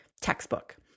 textbook